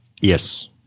Yes